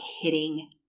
hitting